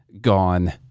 gone